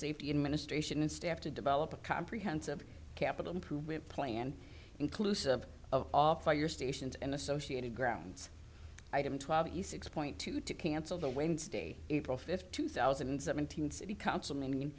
safety administration and staff to develop a comprehensive capital improvement plan inclusive of all for your stations and associated grounds item twelve east explained to to cancel the wayne state april fifth two thousand and seventeen city council meeting